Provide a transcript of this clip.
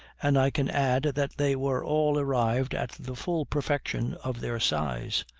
and i can add that they were all arrived at the full perfection of their size.